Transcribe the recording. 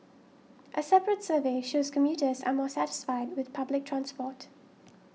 a separate survey shows commuters are more satisfied with public transport